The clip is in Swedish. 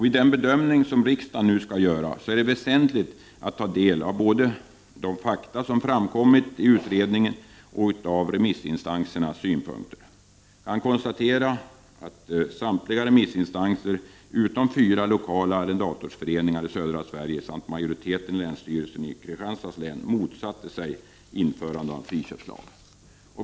Vid den bedömning som riksdagen nu skall göra är det väsentligt att ta del både av de fakta som framkommit i utredningen och av remissinstansernas synpunkter. Samtliga remissinstanser utom fyra lokala arrendatorsföreningar i södra Sverige samt majoriteten i länsstyrelsen i Kristianstads län motsatte sig införande av en friköpslag.